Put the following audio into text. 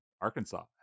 Arkansas